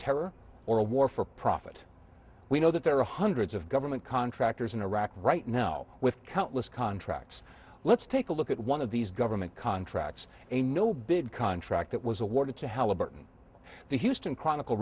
terror or a war for profit we know that there are hundreds of government contractors in iraq right now with countless contracts let's take a look at one of these government contracts a no bid contract that was awarded to halliburton the houston chronicle